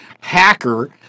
hacker